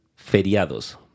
feriados